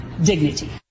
Dignity